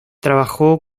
trabajó